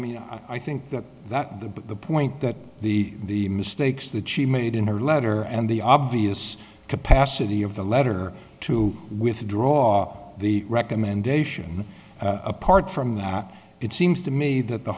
mean i think that that the but the point that the the mistakes that she made in her letter and the obvious capacity of the letter to withdraw the recommendation apart from that it seems to me that the